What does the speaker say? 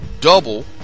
double